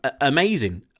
Amazing